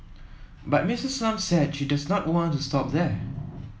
but Missis Lam said she does not want to stop there